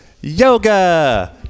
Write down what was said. Yoga